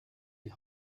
die